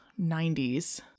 90s